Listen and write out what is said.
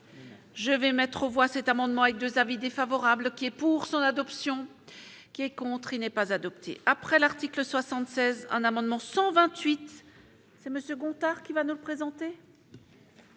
Je vais mettre aux voix cet amendement avec 2 avis défavorables qui est pour son adoption qui est contre, il n'est pas adopté après l'article 76 un amendement 128 c'est monsieur Gontard, qui va nous présenter.